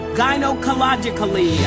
gynecologically